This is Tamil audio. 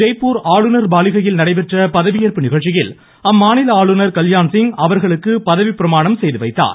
ஜெய்ப்பூர் ஆளுநர் மாளிகையில் நடைபெற்ற பதவியேற்பு நிகழ்ச்சியில் அம்மாநில ஆளுநர் கல்யாண்சிங் அவர்களுக்கு பதவிப்பிரமாணம் செய்து வைத்தார்